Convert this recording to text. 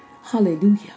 hallelujah